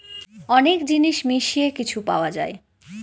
অনেক জিনিস মিশিয়ে কিছু পাওয়া যায়